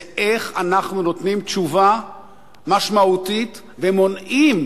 זה איך אנחנו נותנים תשובה משמעותית ומונעים